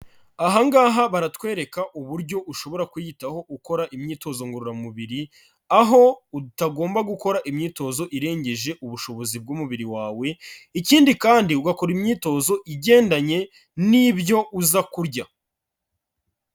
Aha ngaha baratwereka uburyo ushobora kuyitaho ukora imyitozo ngororamubiri, aho utagomba gukora imyitozo irengeje ubushobozi bw'umubiri wawe, ikindi kandi ugakora imyitozo igendanye n'ibyo uza kurya.